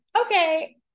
okay